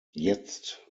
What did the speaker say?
jetzt